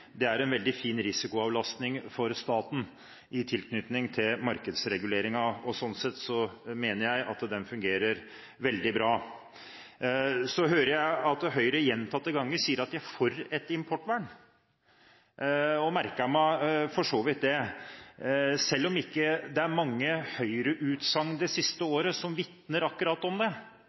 gjelder, er en veldig fin risikoavlastning for staten når det gjelder markedsreguleringen, og sånn sett mener jeg at den fungerer veldig bra. Jeg hører at Høyre gjentatte ganger sier at de er for et importvern – og merker meg for så vidt det – selv om det ikke er mange Høyre-utsagn det siste året som vitner om akkurat det.